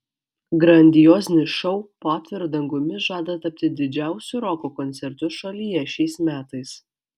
grandiozinis šou po atviru dangumi žada tapti didžiausiu roko koncertu šalyje šiais metais